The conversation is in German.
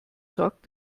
sorgt